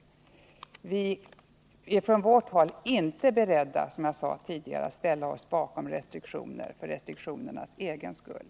Vi är från vårt håll inte beredda att ställa oss bakom restriktioner för dessas egen skull.